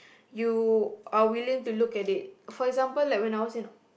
you are willing to look at it for example like when I was in